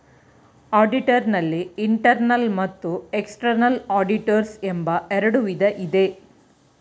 auditor ನಲ್ಲಿ internal ಮತ್ತು external auditors ಎಂಬ ಎರಡು ವಿಧ ಇದೆ